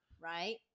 right